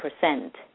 percent